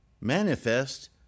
manifest